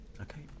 okay